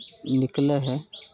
निकलै हइ